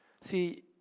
See